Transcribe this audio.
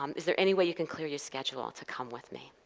um is there any way you can clear your schedule to come with me?